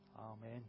Amen